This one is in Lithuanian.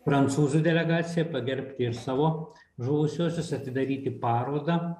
prancūzų delegacija pagerbti ir savo žuvusiuosius atidaryti parodą